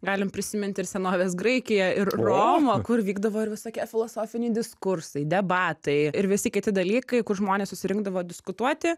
galim prisiminti ir senovės graikiją ir romą kur vykdavo ir visokie filosofiniai diskursai debatai ir visi kiti dalykai kur žmonės susirinkdavo diskutuoti